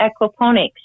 aquaponics